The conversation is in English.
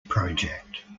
project